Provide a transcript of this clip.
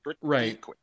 Right